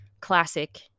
Classic